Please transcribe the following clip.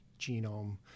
genome